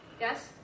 Yes